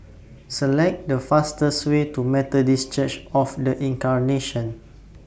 Select The fastest Way to Methodist Church of The Incarnation